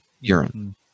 urine